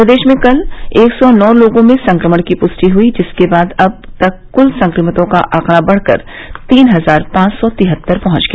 प्रदेश में कल एक सौ नौ लोगों में संक्रमण की पृष्टि हुई जिसके बाद अब तक कुल संक्रमितों का आंकड़ा बढ़कर तीन हजार पांच सौ तिहत्तर पहुंच गया